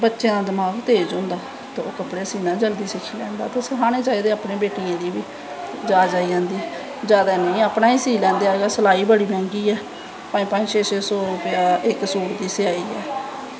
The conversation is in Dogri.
बच्चें दा दमाक तेज़ होंदा ते ओह् कपड़े सीनां जल्दी सिक्की लैंदा ते सकानें चाही दे अपनी बेटियों गी बी जाच आई जंदी जादा नेंईआ अपना गै सीऽ लैंदे अज कल सलाई बड़ी ऐ पंज पंदज छे छे सो रपेआ इक सूट दी स्याई ऐ